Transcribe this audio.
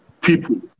people